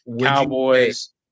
Cowboys